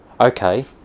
Okay